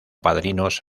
padrinos